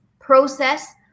process